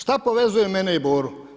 Što povezuje mene i Boru?